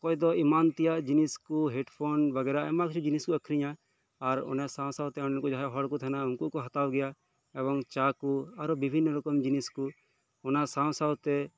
ᱚᱠᱚᱭ ᱫᱚ ᱮᱢᱟᱱ ᱛᱮᱭᱟᱜ ᱡᱤᱱᱤᱥ ᱠᱚ ᱦᱮᱰᱯᱷᱳᱱ ᱵᱟᱜᱮᱨᱟ ᱟᱭᱢᱟ ᱠᱤᱪᱷᱩ ᱡᱤᱱᱤᱥ ᱠᱚ ᱟᱹᱠᱷᱨᱤᱧᱟ ᱟᱨ ᱚᱱᱟ ᱥᱟᱶ ᱥᱟᱶᱛᱮ ᱚᱸᱰᱮᱱ ᱠᱚ ᱡᱟᱦᱟᱸᱭ ᱦᱚᱲ ᱠᱚ ᱛᱟᱦᱮᱱᱟ ᱩᱱᱠᱩ ᱠᱚ ᱦᱟᱛᱟᱣ ᱜᱮᱭᱟ ᱮᱵᱚᱝ ᱪᱟ ᱠᱚ ᱟᱨᱦᱚᱸ ᱵᱤᱵᱷᱤᱱᱱᱚ ᱨᱚᱠᱚᱢ ᱡᱤᱱᱤᱥ ᱠᱚ ᱚᱱᱟ ᱥᱟᱶ ᱥᱟᱶᱛᱮ